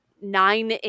nine